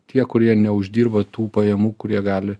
tie kurie neuždirba tų pajamų kurie gali